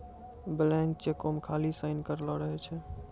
blank चेको मे खाली साइन करलो रहै छै